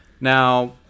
Now